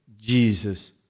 Jesus